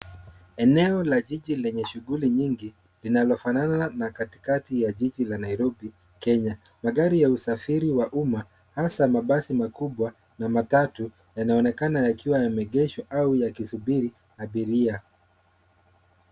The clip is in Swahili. Eneo la jiji lenye shughuli nyingi linalofanana na katikati ya jiji la Nairobi Kenya. Magari ya usafiri wa umma hasa mabasi makubwa na matatu yanaonekana yakiwa yameegeshwa au yakisubiri abiria.